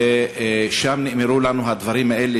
ושם נאמרו לנו הדברים האלה,